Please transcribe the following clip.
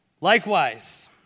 Likewise